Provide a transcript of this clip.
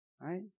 Right